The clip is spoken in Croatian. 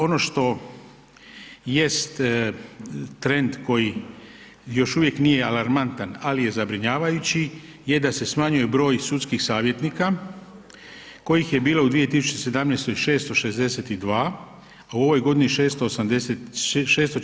Ono što jest trend koji još uvijek nije alarmantan ali je zabrinjavajući je da se smanjuje broj sudskih savjetnika kojih je bilo u 2017. 662 a u ovoj godini 648.